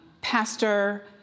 Pastor